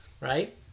right